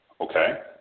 okay